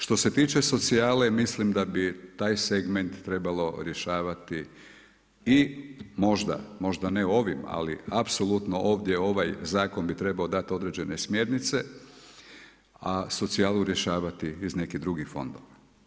Što se tiče socijale, mislim da bi taj segment trebalo rješavati i možda ne ovim ali apsolutno ovaj ovdje zakon bi trebao dati određene smjernice, a socijalu rješavati iz nekih drugih fondova.